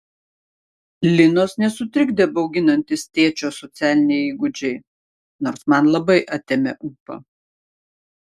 linos nesutrikdė bauginantys tėčio socialiniai įgūdžiai nors man labai atėmė ūpą